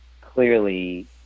clearly